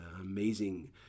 amazing